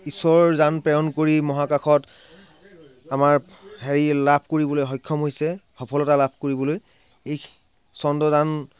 ইছ'ৰ যান প্ৰেৰণ কৰি মহাকাশত আমাৰ হেৰি লাভ কৰিবলৈ সক্ষম হৈছে সফলতা লাভ কৰিবলৈ এই চন্দ্ৰযান